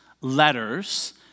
letters